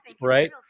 right